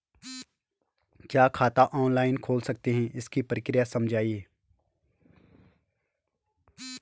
क्या खाता ऑनलाइन खोल सकते हैं इसकी प्रक्रिया समझाइए?